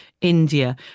india